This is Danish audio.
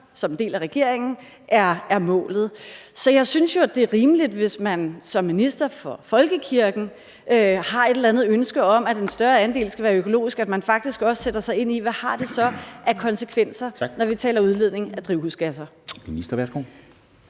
som en del af regeringen – mener er målet. Så jeg synes jo, det er rimeligt, at man, hvis man som minister for folkekirken har et eller andet ønske om, at en større andel skal være økologisk, faktisk også sætter sig ind i, hvad det så har af konsekvenser, når vi taler udledning af drivhusgasser. Kl.